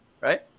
Right